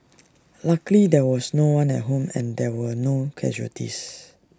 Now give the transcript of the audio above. luckily there was no one at home and there were no casualties